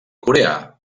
coreà